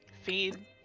feed